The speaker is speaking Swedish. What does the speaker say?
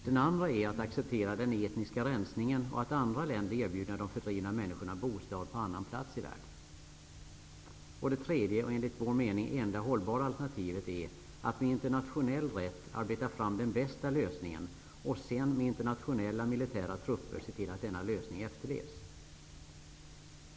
Den andra är att acceptera den etniska rensningen och att andra länder erbjuder de fördrivna människorna bostad på annan plats i världen. Den tredje möjligheten och, enligt vår mening, det enda hållbara alternativet är att man med internationell rätt arbetar fram den bästa lösningen och sedan med internationella militära trupper ser till att denna lösning efterlevs.